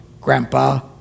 Grandpa